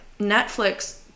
netflix